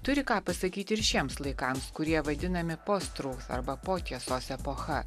turi ką pasakyti ir šiems laikams kurie vadinami postruf arba po tiesos epocha